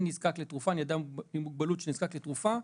אני אדם עם מוגבלות שנזקק לתרופה,